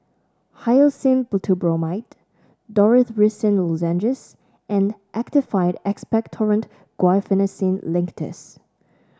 Hyoscine Butylbromide Dorithricin Lozenges and Actified Expectorant Guaiphenesin Linctus